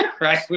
right